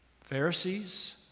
Pharisees